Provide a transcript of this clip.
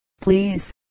Please